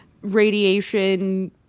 radiation